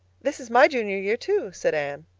this is my junior year, too, said anne.